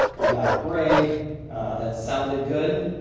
we got a grade that sounded good,